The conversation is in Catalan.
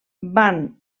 van